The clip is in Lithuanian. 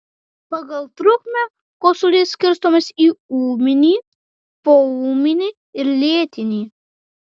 pagal trukmę kosulys skirstomas į ūminį poūminį ir lėtinį